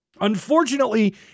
Unfortunately